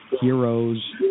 Heroes